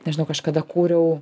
nežinau kažkada kūriau